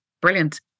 brilliant